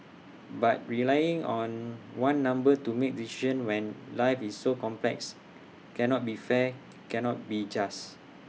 but relying on one number to make decisions when life is so complex cannot be fair cannot be just